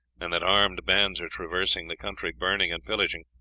and that armed bands are traversing the country, burning and pillaging.